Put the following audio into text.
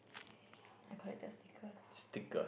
I collected stickers